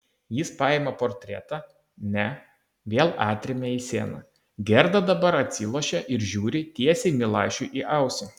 jis paima portretą ne vėl atremia į sieną gerda dabar atsilošia ir žiūri tiesiai milašiui į ausį